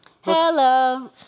hello